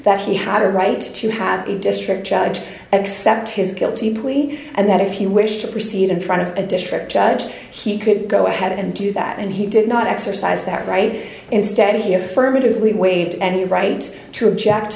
that he had a right to have a district judge accept his guilty plea and that if you wish to proceed in front of a district judge he could go ahead and do that and he did not exercise that right instead he affirmatively waived any right to object